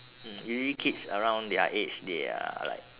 mm usually kids around their age they are like